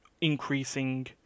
increasing